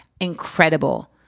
incredible